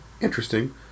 interesting